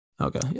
okay